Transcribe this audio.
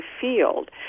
field